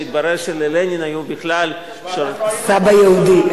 שהתברר שללנין היו בכלל סבא יהודי.